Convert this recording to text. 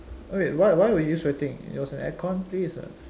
oh wait why were you sweating it was an air con place [what]